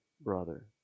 brother